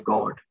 God